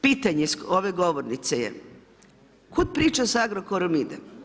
Pitanje sa ove govornice je kud priča sa Agrokorom ide?